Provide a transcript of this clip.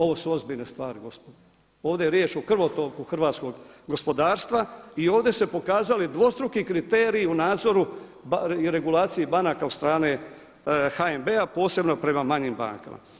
Ovo su ozbiljne stvari gospodo, ovdje je riječ o krvotoku hrvatskog gospodarstva i ovdje su se pokazali dvostruki kriteriji u nadzoru i regulaciji banaka od strane HNB-a posebno prema manjim bankama.